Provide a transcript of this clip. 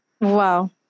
Wow